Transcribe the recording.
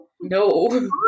No